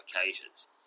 occasions